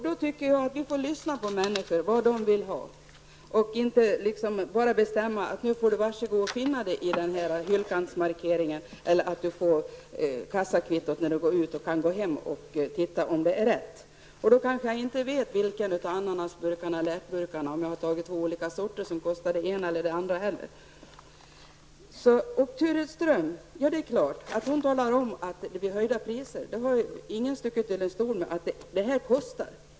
Då tycker jag att vi får lyssna på vad människor vill ha och inte bara bestämma att de får lov att finna sig i hyllkantsmarkeringen eller att de får nöja sig med kassakvittot och sedan gå hem och titta om det är rätt. När man kommer hem kanske man inte vet vilken av ananasburkarna det gäller om man har tagit två olika sorter som kostar olika. Turid Ström talar om att det blir höjda priser. Ingen har stuckit under stol med att detta kostar.